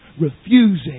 refusing